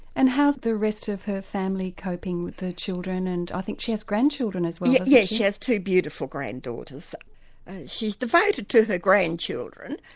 and how's the rest of her family coping, her children and i think she has grandchildren as well? yes, she has two beautiful granddaughters she's devoted to her grandchildren,